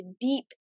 deep